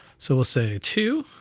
so we'll say two,